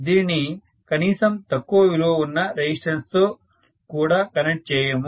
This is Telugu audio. దీనిని కనీసం తక్కువ విలువ ఉన్న రెసిస్టెన్స్ తో కూడా కనెక్ట్ చేయము